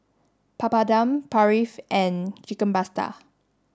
Papadum Barfi and Chicken Pasta